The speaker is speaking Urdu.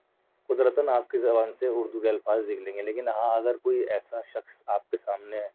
قدرتاً آپ کی زبان سے اُردو کے الفاظ نکلیں گے لیکن ہاں اگر کوئی ایسا شخص آپ کے سامنے